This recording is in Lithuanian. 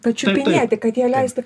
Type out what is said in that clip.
pačiupinėti kad jie leistų